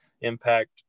impact